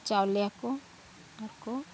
ᱪᱟᱣᱞᱮᱭᱟᱠᱚ ᱟᱨᱠᱚ